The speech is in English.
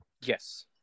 Yes